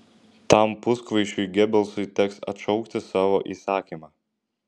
tam puskvaišiui gebelsui teks atšaukti savo įsakymą